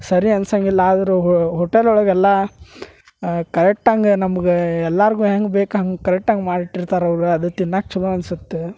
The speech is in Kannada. ಸರಿ ಅನ್ಸಂಗಿಲ್ಲ ಆದ್ರು ಹೋಟೆಲ್ ಒಳಗ್ ಎಲ್ಲಾ ಕರೆಕ್ಟಾಂಗ ನಮ್ಗ ಎಲ್ಲಾರಿಗೂ ಹೆಂಗ್ ಬೇಕು ಹಂಗ ಕರೆಕ್ಟಾಂಗ್ ಮಾಡಿಟ್ಟಿರ್ತಾರೆ ಅವರು ಅದು ತಿನ್ನಾಕ ಛಲೋ ಅನ್ಸತ್ತೆ